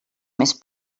més